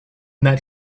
that